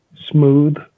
smooth